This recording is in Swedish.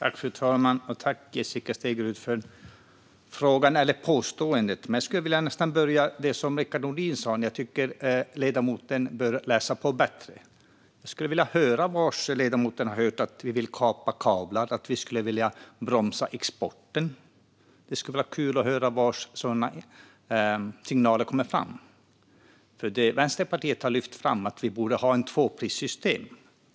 Fru talman! Tack, Jessica Stegrud, för frågan - eller påståendet. Jag skulle nästan vilja börja med det som Rickard Nordin sa: Jag tycker att ledamoten bör läsa på bättre. Jag skulle vilja veta var ledamoten har hört att vi ska kapa kablar och att vi skulle vilja bromsa exporten. Det skulle vara kul att höra var sådana signaler kommer fram. Vänsterpartiet har lyft fram att vi borde ha ett tvåprissystem.